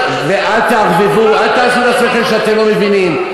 ואל תעשו את עצמכם שאתם לא מבינים.